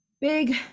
big